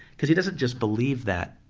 cause he doesn't just believe that,